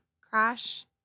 crash